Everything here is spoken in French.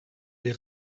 les